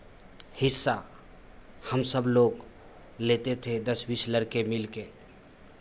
हिस्सा हम सब लोग लेते थे दस बीस लड़के मिलके